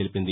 తెలిపింది